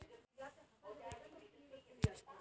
कृषि बाजार में रोटावेटर की कीमत क्या है?